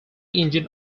engine